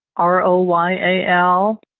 r o y a l.